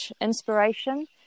inspiration